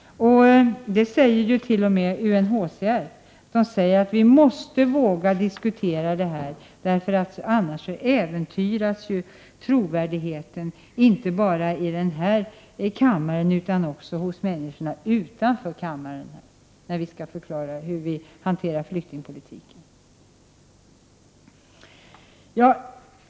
T.o.m. UNHCR säger att vi måste våga diskutera detta. Annars äventyras trovärdigheten inte bara i den här kammaren utan också hos människorna utanför denna kammare, när vi skall förklara hur vi hanterar flyktingpolitiken.